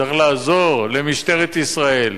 צריכים לעזור למשטרת ישראל.